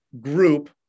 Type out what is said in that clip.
group